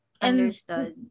Understood